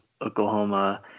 Oklahoma